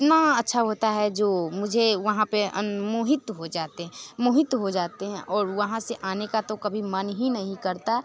इतना अच्छा होता है जो मुझे वहाँ पर अन मोहित हो जाते हैं मोहित हो जाते हैं और वहाँ से आने का तो कभी मन ही नहीं करता